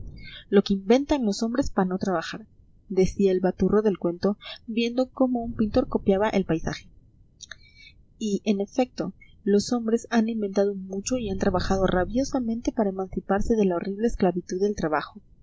lo que inventan los hombres pa no trabajar decía el baturro del cuento viendo cómo un pintor copiaba el paisaje y en efecto los hombres han inventado mucho y han trabajado rabiosamente para emanciparse de la horrible esclavitud del trabajo